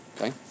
Okay